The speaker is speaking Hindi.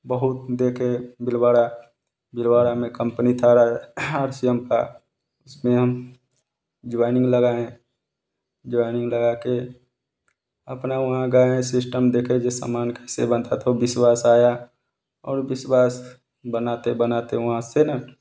बहुत देखें बिलवाड़ा बिलवाड़ा में कम्पनी था रा आर सी एम का उसमें हम जॉइनिंग लगाएँ जॉइनिंग लगाके अपना वहाँ गएँ सिस्टम देखे जे समान का सेवन था तो विश्वास आया और विश्वास बनाते बनाते वहाँ से